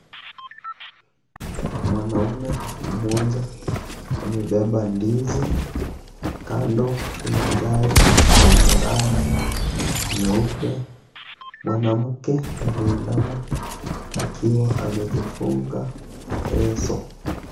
Mwanaume mmoja amebeba ndizi. Kando kuna gari yenye rangi nyeupe. Mwanamke ameinama akiwa amejifunga leso.